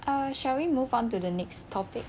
uh shall we move on to the next topic